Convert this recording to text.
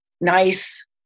nice